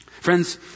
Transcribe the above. Friends